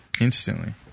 instantly